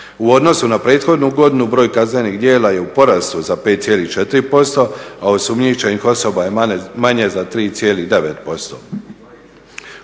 U odnosu na prethodnu godinu broj kaznenih djela je u porastu za 5,4%, a osumnjičenih osoba je manje za 3,9%.